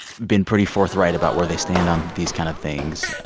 been pretty forthright about where they stand on these kind of things.